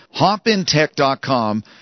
HopinTech.com